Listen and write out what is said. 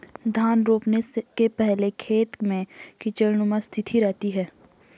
धान रोपने के पहले खेत में कीचड़नुमा स्थिति रहती है